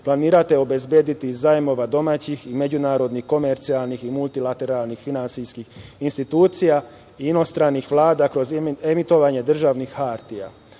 planirate obezbediti zajmova domaćih i međunarodnih komercijalnih i multilateralnih finansijskih institucija, inostranih Vlada kroz emitovanje državnih hartija. Znamo